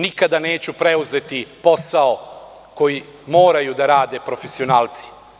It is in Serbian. Nikada neću preuzeti posao koji moraju da rade profesionalci.